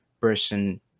person